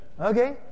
Okay